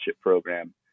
program